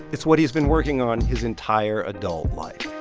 it's what he has been working on his entire adult life